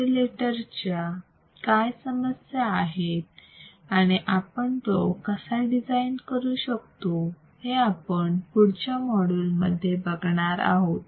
असे लेटर च्या काय समस्या आहेत आणि आपण तो कसा डिझाईन करू शकतो हे आपण पुढच्या मॉड्यूलमध्ये बघणार आहोत